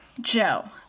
Joe